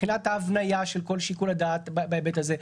מבחינת ההבניה של כל שיקול הדעת בהיבט הזה,